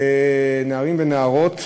נערים ונערות.